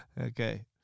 Okay